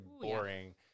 boring